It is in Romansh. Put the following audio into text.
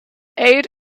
eir